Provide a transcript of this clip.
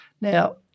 Now